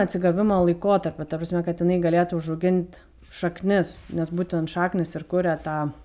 atsigavimo laikotarpių ta prasme kad jinai galėtų užaugint šaknis nes būtent šaknys ir kuria tą